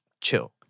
Chill